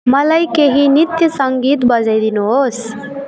मलाई केही नृत्य सङ्गीत बजाइदिनुहोस्